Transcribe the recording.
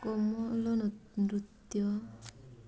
ନୃତ୍ୟ